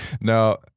No